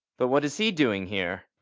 but what is he doing here?